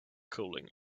cooling